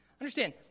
Understand